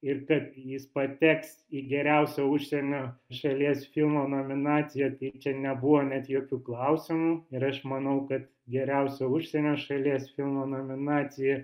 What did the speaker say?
ir kad jis pateks į geriausią užsienio šalies filmo nominaciją tai čia nebuvo net jokių klausimų ir aš manau kad geriausio užsienio šalies filmo nominacija